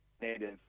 native